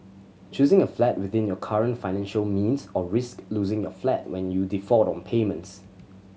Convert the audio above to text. choosing a flat within your current financial means or risk losing your flat when you default on payments